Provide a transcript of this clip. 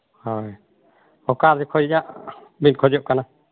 ᱦᱳᱭ ᱚᱠᱟ ᱡᱚᱠᱷᱚᱱ ᱟᱜ ᱵᱤᱱ ᱠᱷᱚᱡᱚᱜ ᱠᱟᱱᱟ